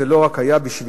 זה לא רק היה בשבילו,